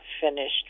finished